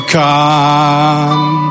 come